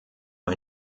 ein